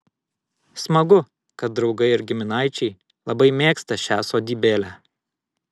smagu kad draugai ir giminaičiai labai mėgsta šią sodybėlę